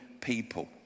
people